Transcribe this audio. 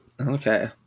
okay